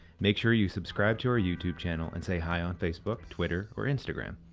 make sure you subscribe to our youtube channel and say hi on facebook, twitter or instagram.